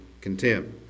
contempt